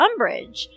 umbridge